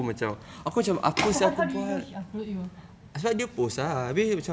how how did you know she unfollowed you